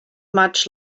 much